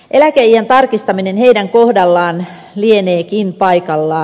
eläkeiän tarkistaminen heidän kohdallaan lieneekin paikallaan